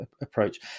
approach